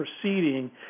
proceeding